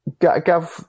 Gav